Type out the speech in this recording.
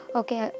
okay